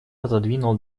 отодвинул